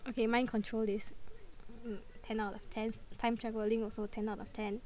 okay mind control is ten out of ten time travelling also ten out of ten